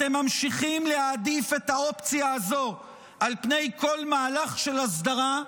אתם ממשיכים להעדיף את האופציה הזו על פני כל מהלך של הסדרה,